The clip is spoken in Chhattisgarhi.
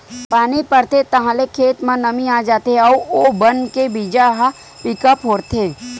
पानी परथे ताहाँले खेत म नमी आ जाथे अउ ओ बन के बीजा ह पीका फोरथे